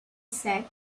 said